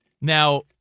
Now